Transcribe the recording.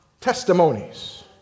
testimonies